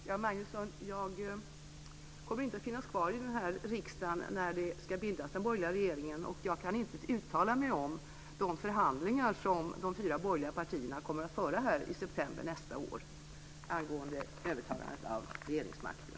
Herr talman! Jag kommer inte att finnas kvar i denna riksdag när den borgerliga regeringen ska bildas. Jag kan inte uttala mig om de förhandlingar som de fyra borgerliga partierna kommer att föra i september nästa år angående övertagandet av regeringsmakten.